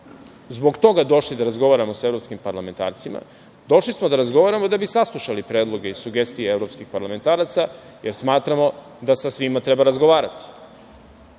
zbog toga došli da razgovaramo sa evropskim parlamentarcima, došli smo da razgovaramo da bi saslušali predloge i sugestije evropskih parlamentaraca, jer smatramo da sa svima treba razgovarati.